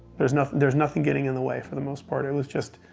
there's nothing there's nothing getting in the way, for the most part. it was just,